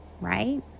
right